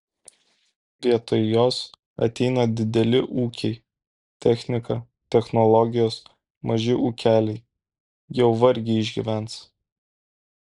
vietoj jos ateina dideli ūkiai technika technologijos maži ūkeliai jau vargiai išgyvens